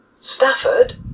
Stafford